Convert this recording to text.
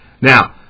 now